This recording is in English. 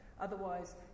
otherwise